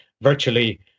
virtually